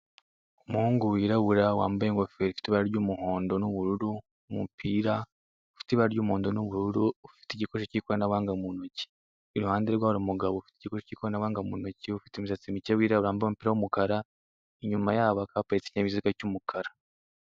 Umuhungu wirabura wambyaye ingofero ifite ibara rya umuhondo na ubururu na umupira ufite ibara rya umuhondo na ubururu, ufite igikoresho cya ikoranabuhanga muntoki, iruhande rwe hari umugabo ufite igikoresho cya ikorana buhanga muntoki , ufite imisatsi mike wirabura wambaye umupira wa umukara, inyuma yabo hakaba haparitse ikinyabiziga cya umukara.